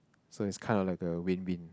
so it's kinda like a win win